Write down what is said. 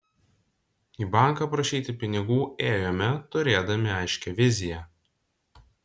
į banką prašyti pinigų ėjome turėdami aiškią viziją